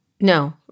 No